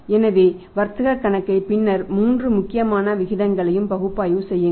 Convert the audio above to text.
எனவே வர்த்தக கணக்கையும் பின்னர் மூன்று முக்கியமான விகிதங்களையும் பகுப்பாய்வு செய்யுங்கள்